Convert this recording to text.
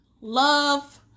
love